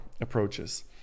approaches